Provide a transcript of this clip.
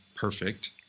perfect